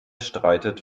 streitet